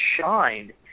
shine